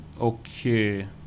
Okay